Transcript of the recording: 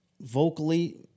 vocally